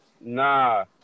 Nah